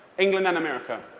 england and america.